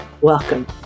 Welcome